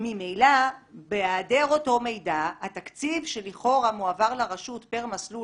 ממילא בהיעדר אותו מידע התקציב שלכאורה מועבר לרשות פר מסלול